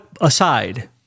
aside